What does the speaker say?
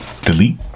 Delete